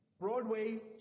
Broadway